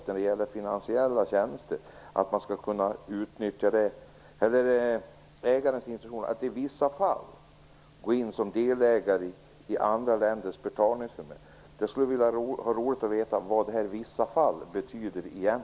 När det gäller finansiella tjänster står det på s. 21 i trafikutskottets betänkande TU 3 att man "i vissa fall" kan gå in som delägare i andra länders betalningsförmedlingsföretag. Det skulle vara roligt att veta vad "i vissa fall" egentligen betyder.